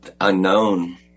Unknown